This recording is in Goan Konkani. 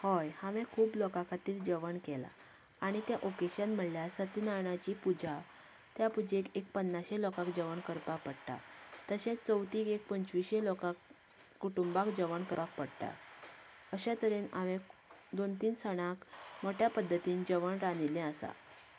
हय हांवेन खूब लोकां खातीर जेवण केलां आनी ते ओकेजन म्हळ्यार सत्यनारायणांची पूजा त्या पुजेक एक पन्नाशें लोकांक जेवण करपाक पडटा तशेंच चवथीक एक पंचवीशेंक लोकांक कुटूंबांक जेवण करप पडटा अश्या तरेन हांवेन दोन तीन सणांक मोट्या पद्दतीन जेवण रांदिल्ले आसा